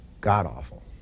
god-awful